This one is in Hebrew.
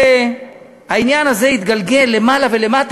העניין הזה התגלגל למעלה ולמטה,